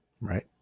Right